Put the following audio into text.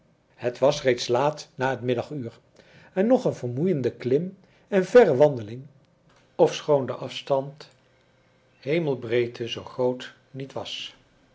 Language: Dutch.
het was reeds laat na het middaguur en nog een vermoeiende klim en verre wandeling ofschoon de afstand hemelsbreedte zoo groot niet was